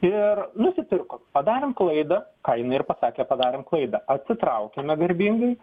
ir nusipirkom padarėm klaidą ką jinai ir pasakė padarėm klaidą atsitraukiame garbingai